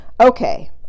okay